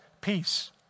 peace